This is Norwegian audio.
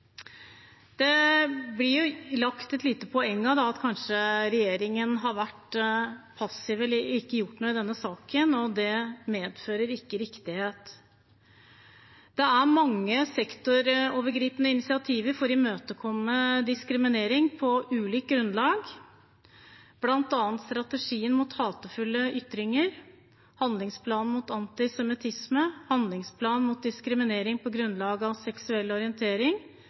Det blir gjort et lite poeng av at regjeringen kanskje har vært passiv eller ikke gjort noe i denne saken. Det medfører ikke riktighet. Det er tatt mange sektorovergripende initiativer for å imøtekomme diskriminering på ulike grunnlag, bl.a. strategien mot hatefulle ytringer, handlingsplanen mot antisemittisme, handlingsplanen mot diskriminering på grunnlag av seksuell orientering,